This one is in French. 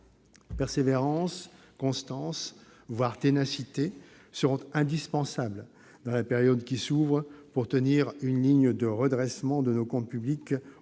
Persévérance, constance, voire ténacité seront indispensables dans la période qui s'ouvre pour tenir une ligne de redressement de nos comptes publics